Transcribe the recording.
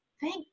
Thank